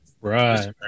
Right